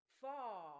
far